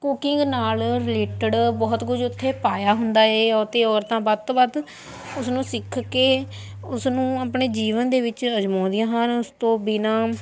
cooking ਨਾਲ related ਬਹੁਤ ਕੁਝ ਉੱਥੇ ਪਾਇਆ ਹੁੰਦਾ ਹੈ ਅਤੇ ਔਰਤਾਂ ਵੱਧ ਤੋਂ ਵੱਧ ਉਸਨੂੰ ਸਿੱਖ ਕੇ ਉਸਨੂੰ ਆਪਣੇ ਜੀਵਨ ਦੇ ਵਿੱਚ ਅਜਮਾਉਂਦੀਆਂ ਹਨ ਉਸ ਤੋਂ ਬਿਨਾਂ